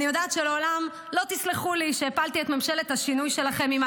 חבר הכנסת הרצנו.